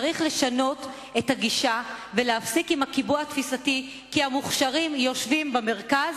צריך לשנות את הגישה ולהפסיק את הקיבוע התפיסתי שהמוכשרים יושבים במרכז